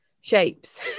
shapes